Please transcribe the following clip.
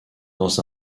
dans